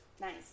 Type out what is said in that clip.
Nice